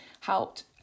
helped